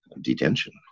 detention